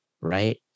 right